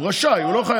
הוא רשאי, הוא לא חייב.